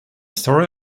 story